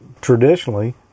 traditionally